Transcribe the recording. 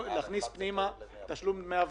אלא שממחר תקופת האכשרה חוזרת להיות שנה מלאה.